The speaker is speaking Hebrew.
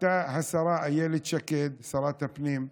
עלתה השרה אילת שקד, שרת הפנים,